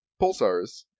pulsars